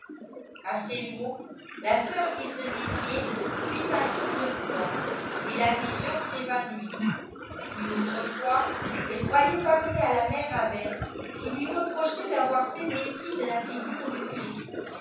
a ces mots la sœur qui se méfiait fit un signe de croix et la vision s'évanouit une autre fois elle croyait parler à la mère abbesse qui lui rq rochait d'avoir fait mépris de la figure du christ